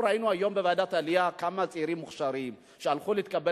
ראינו היום בוועדת העלייה כמה צעירים מוכשרים שהלכו להתקבל